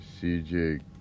CJ